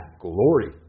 glory